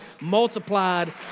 multiplied